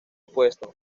puesto